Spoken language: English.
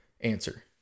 answer